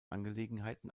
angelegenheiten